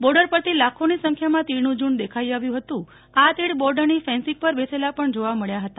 border પરથી લાખોની સંખ્યામાં તીડનું ઝુંડ દેખાઈ આવ્યું હતું આ તીડ બોર્ડરની ફેન્સિંગ પર બેસેલા પણ જોવા મળ્યા હતા